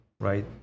right